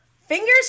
Fingers